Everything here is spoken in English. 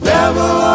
Devil